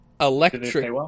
electric